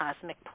cosmic